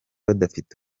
badafite